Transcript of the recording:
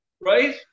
right